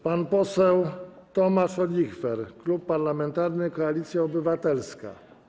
Pan poseł Tomasz Olichwer, Klub Parlamentarny Koalicja Obywatelska.